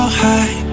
high